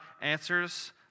answers